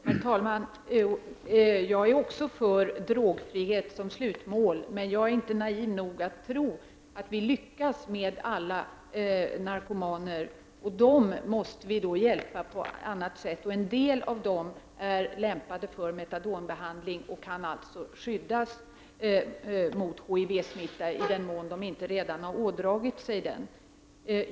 Herr talman! Jag är också för drogfrihet som slutmål, men jag är inte naiv nog att tro att vi lyckas med alla narkomaner. Och dem som vi inte lyckas med, måste vi hjälpa på annat sätt. En del av dem är lämpade för metadonbehandling och kan alltså skyddas mot HIV-smitta, i den mån de inte redan har ådragit sig denna smitta.